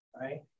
right